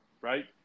Right